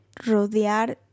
Rodear